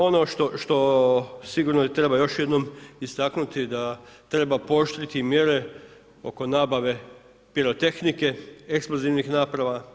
Ono što sigurno treba još jednom istaknuti, da treba pooštriti mjere oko nabave pirotehnike, eksplozivnih naprava.